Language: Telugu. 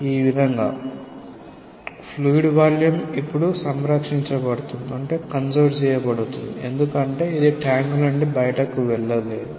ఈ విధంగా ఫ్లూయిడ్ వాల్యూమ్ ఇప్పుడు సంరక్షించబడుతుంది ఎందుకంటే ఇది ట్యాంక్ నుండి బయటకు వెళ్ళలేదు